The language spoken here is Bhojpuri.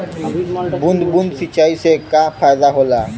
बूंद बूंद सिंचाई से का फायदा होला?